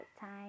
time